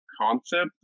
concept